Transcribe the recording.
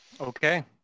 Okay